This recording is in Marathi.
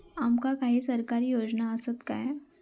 आमका काही सरकारी योजना आसत काय?